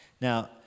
Now